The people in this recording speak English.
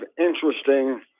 interesting